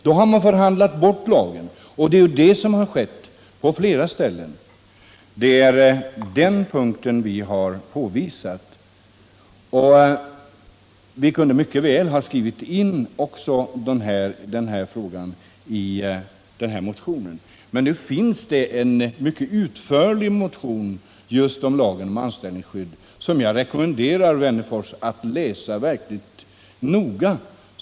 Då har man förhandlat bort lagen, och det är vad som skett i flera fall. Det är det förhållandet som vi har påvisat. Vi kunde mycket väl ha skrivit in också detta i motionen, men vi har lämnat en mycket utförlig motion just i fråga om lagen om anställningsskydd, och den rekommenderar jag Alf Wennerfors att läsa verkligt noggrant.